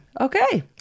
Okay